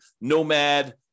nomad